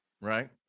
right